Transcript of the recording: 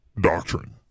doctrine